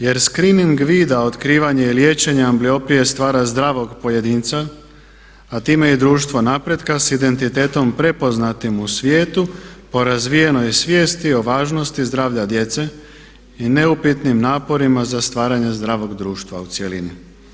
Jer skrining vida otkrivanje i liječenje ambliopije stvara zdravog pojedinca a time i društva napretka sa identitetom prepoznatim u svijetu po razvijenoj svijesti o važnosti zdravlja djece i neupitnim naporima za stvaranje zdravog društva u cjelini.